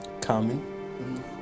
common